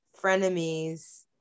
Frenemies